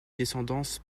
descendance